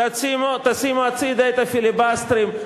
תשימו הצדה את הפיליבסטרים.